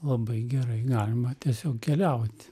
labai gerai galima tiesiog keliauti